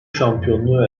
şampiyonluğu